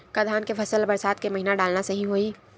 का धान के फसल ल बरसात के महिना डालना सही होही?